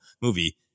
movie